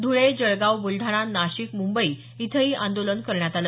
धुळे जळगाव बुलडाणा नाशिक मुंबई इथंही आंदोलन करण्यात आलं